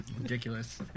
Ridiculous